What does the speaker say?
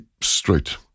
straight